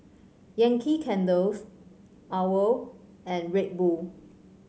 Yankee Candles OWL and Red Bull